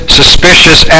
suspicious